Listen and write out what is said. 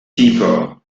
people